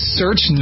search